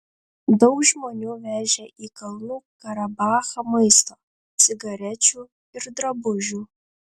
daug žmonių vežė į kalnų karabachą maisto cigarečių ir drabužių